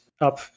up